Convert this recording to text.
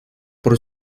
por